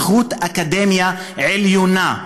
איכות אקדמיה עליונה,